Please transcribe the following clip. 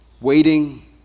Waiting